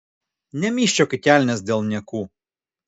nemyžčiok į kelnes dėl niekų